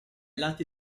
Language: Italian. lati